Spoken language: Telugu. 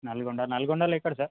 నల్గొండ నల్గొండలో ఎక్కడ సార్